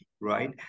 right